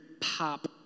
pop